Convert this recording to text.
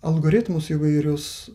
algoritmus įvairius